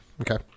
Okay